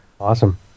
Awesome